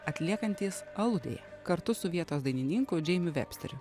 atliekantys aludėje kartu su vietos dainininku džeimiu vepsteriu